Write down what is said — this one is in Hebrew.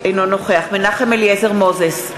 אינו נוכח מנחם אליעזר מוזס,